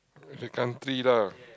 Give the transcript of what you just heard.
is a country lah